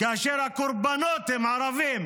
כאשר הקורבנות הם ערבים.